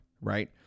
right